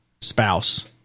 spouse